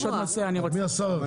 מי השר עכשיו?